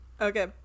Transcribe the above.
Okay